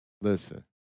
Listen